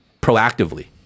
proactively